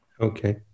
Okay